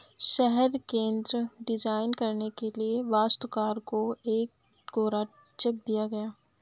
शहर केंद्र डिजाइन करने के लिए वास्तुकार को एक कोरा चेक दिया गया